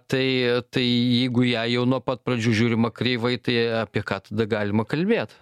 tai tai jeigu į ją jau nuo pat pradžių žiūrima kreivai tai apie ką tada galima kalbėt